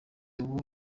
ubu